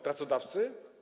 Pracodawcy?